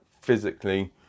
physically